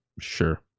Sure